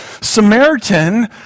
Samaritan